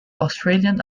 australian